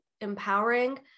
empowering